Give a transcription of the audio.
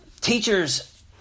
teachers